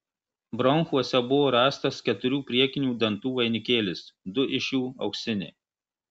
bronchuose buvo rastas keturių priekinių dantų vainikėlis du iš jų auksiniai